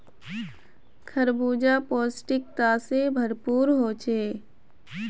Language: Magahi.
खरबूजा पौष्टिकता से भरपूर होछे